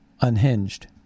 unhinged